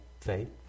Faith